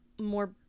more